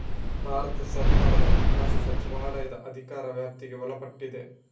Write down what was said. ಭಾರತ ಸರ್ಕಾರದ ಹಣಕಾಸು ಸಚಿವಾಲಯದ ಅಧಿಕಾರ ವ್ಯಾಪ್ತಿಗೆ ಒಳಪಟ್ಟಿದೆ